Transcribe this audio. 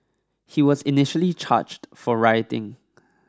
he was initially charged for rioting